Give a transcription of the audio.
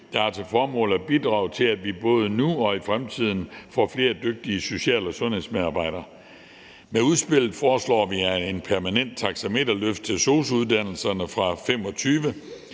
der har til formål at bidrage til, at vi både nu og i fremtiden får flere dygtige social- og sundhedsmedarbejdere. Med udspillet foreslår vi et permanent taxameterløft til sosu-uddannelserne fra 2025,